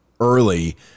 early